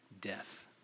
death